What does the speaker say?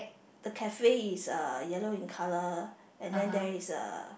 the cafe is uh yellow in colour and then there is a